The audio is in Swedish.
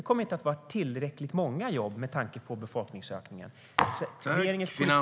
Det kommer inte att vara tillräckligt många jobb, med tanke på befolkningsökningen.